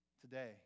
Today